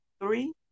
three